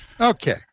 Okay